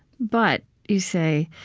but, you say,